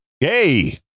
hey